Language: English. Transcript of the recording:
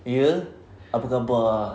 ye apa khabar